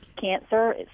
cancer